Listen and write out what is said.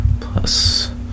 Plus